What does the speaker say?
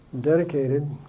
dedicated